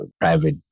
private